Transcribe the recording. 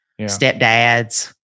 stepdads